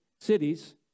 cities